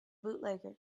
bootlegger